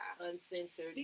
uncensored